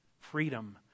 freedom